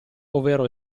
ovvero